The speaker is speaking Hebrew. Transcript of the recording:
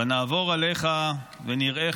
ונעבור עליך ונראך,